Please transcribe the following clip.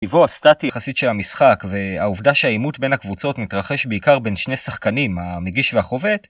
טבעו הסטטי יחסית של המשחק והעובדה שהעימות בין הקבוצות מתרחש בעיקר בין שני שחקנים, המגיש והחובט